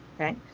Okay